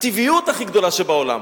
הטבעיות הכי גדולה שבעולם.